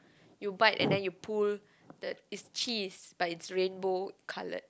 you bite and then you pull the it's cheese but it's rainbow coloured